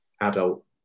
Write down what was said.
adult